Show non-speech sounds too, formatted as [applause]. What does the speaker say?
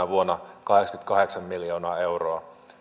[unintelligible] vuonna kahdeksankymmentäkahdeksan miljoonaa euroa kun